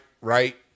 Right